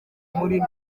muri